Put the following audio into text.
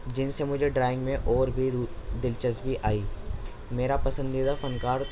جن سے مجھے ڈرائنگ میں اور بھی رو دلچسپی آئی میرا پسندیدہ فنکار